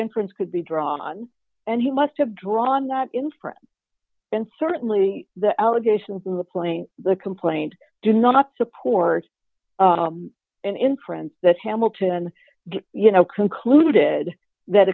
inference could be drawn and he must have drawn that inference in certainly the allegations in the plane the complaint do not support an inference that hamilton you know concluded that